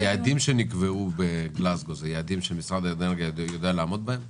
היעדים שנקבעו בגלזגו הם יעדים שמשרד האנרגיה יודע לעמוד בהם?